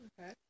Okay